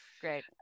Great